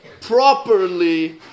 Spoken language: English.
properly